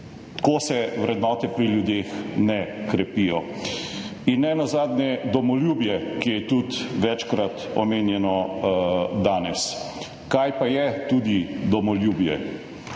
Tako se vrednote pri ljudeh ne krepijo. Nenazadnje, domoljubje, ki je tudi večkrat omenjano danes, kaj pa je domoljubje?